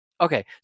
okay